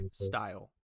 style